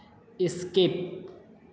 skip